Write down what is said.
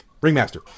ringmaster